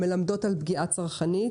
המלמדות על פגיעה צרכנית,